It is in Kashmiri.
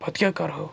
پَتہٕ کیٛاہ کَرہو